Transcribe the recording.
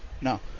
No